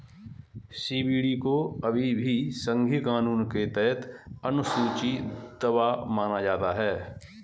CBD को अभी भी संघीय कानून के तहत अनुसूची दवा माना जाता है